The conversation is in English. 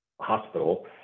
hospital